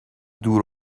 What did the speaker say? دور